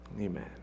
Amen